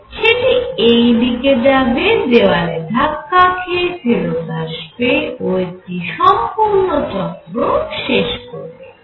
সেটি এইদিকে যাবে দেওয়ালে ধাক্কা খেয়ে ফেরত আসবে ও একটি সম্পূর্ণ চক্র শেষ করবে